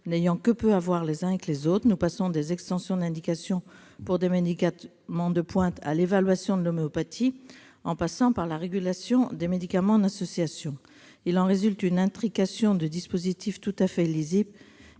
n'ayant que peu à voir entre eux, depuis les extensions d'indication pour des médicaments de pointe jusqu'à l'évaluation de l'homéopathie, en passant par la régulation des médicaments en association. Il en résulte une intrication de dispositifs tout à fait illisible,